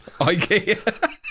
IKEA